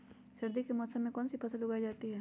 सर्दी के मौसम में कौन सी फसल उगाई जाती है?